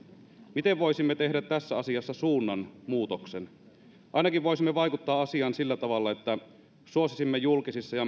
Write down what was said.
miten voisimme tehdä tässä asiassa suunnanmuutoksen ainakin voisimme vaikuttaa asiaan sillä tavalla että suosisimme julkisissa ja